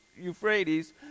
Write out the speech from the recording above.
Euphrates